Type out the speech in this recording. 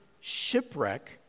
shipwreck